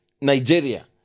Nigeria